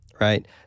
right